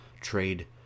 trade